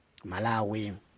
Malawi